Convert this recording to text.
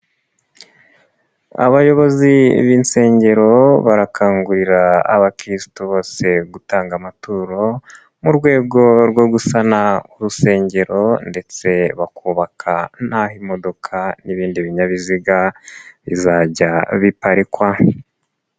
Abayobozi b'insengero barakangurira abakirisitu bose gutanga amaturo mu rwego rwo gusana urusengero ndetse bakubaka n'aho imodoka n'ibindi binyabiziga bizajya biparikwa.